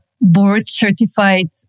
board-certified